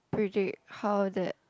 predict how that